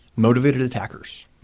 motivated attackers.